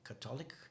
Catholic